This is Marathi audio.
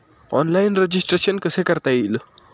ऑनलाईन रजिस्ट्रेशन कसे करता येईल?